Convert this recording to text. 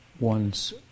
One's